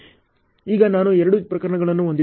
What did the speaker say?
ಈಗ ನಾನು ಎರಡು ಪ್ರಕರಣಗಳನ್ನು ಹೊಂದಿದ್ದೇನೆ